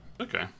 okay